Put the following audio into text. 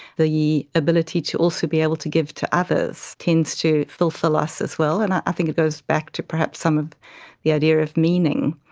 the ability to also be able to give to others tends to fulfil us as well, and i think it goes back to perhaps um the idea of meaning.